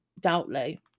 doubtly